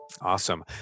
Awesome